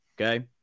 okay